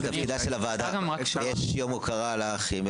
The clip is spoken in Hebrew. יש יום הוקרה לאחים,